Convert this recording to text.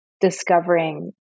discovering